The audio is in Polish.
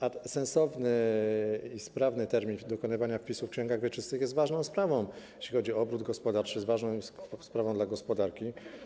A sensowny i sprawny termin dokonywania wpisu w księgach wieczystych jest ważną sprawą, jeśli chodzi o obrót gospodarczy, jest ważną sprawą dla gospodarki.